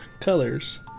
colors